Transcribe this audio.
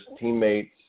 teammates